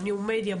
בניו-מדיה,